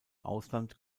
ausland